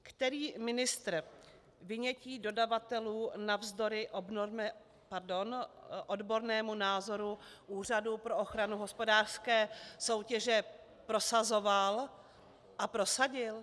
Který ministr vynětí dodavatelů navzdory odbornému názoru Úřadu pro ochranu hospodářské soutěže prosazoval a prosadil?